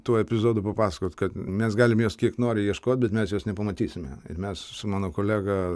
tuo epizodu papasakot kad mes galim jos kiek nori ieškot bet mes jos nepamatysime ir mes su mano kolega